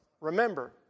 Remember